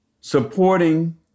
supporting